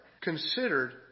considered